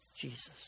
Jesus